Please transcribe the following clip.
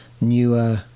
newer